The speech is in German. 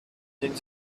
den